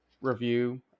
review